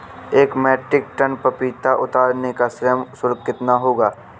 एक metric tonne पपीता उतारने का श्रम शुल्क कितना होगा?